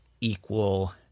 equal